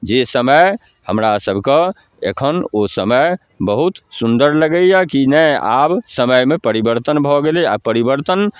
जे समय हमरा सभके एखन ओ समय बहुत सुन्दर लगैए कि नहि आब समयमे परिवर्तन भऽ गेलै आओर परिवर्तन